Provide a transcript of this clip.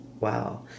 wow